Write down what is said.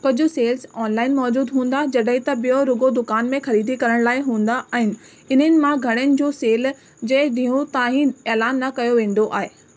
कुझु sales online मौजूदु हूंदा जॾहिं त ॿियों रुॻो दुकान में ख़रीदी करण लाइ हूंदा आहिनि इन्हनि मां घणनि जो सेल जे ॾींहं ताईं ऐलान न कयो वेंदो आहे